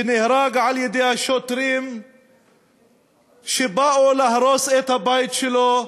שנהרג על-ידי השוטרים שבאו להרוס את הבית שלו באום-אלחיראן.